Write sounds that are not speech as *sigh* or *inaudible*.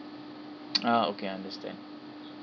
*noise* ah okay understand